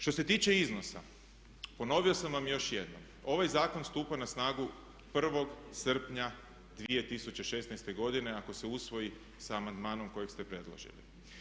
Što se tiče iznosa ponovio sam vam još jednom, ovaj zakon stupa na snagu 1.srpnja 2016.godine ako se usvoji sa amandmanom kojeg ste predložili.